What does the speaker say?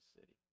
city